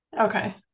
Okay